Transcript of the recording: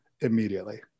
immediately